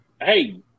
hey